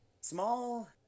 small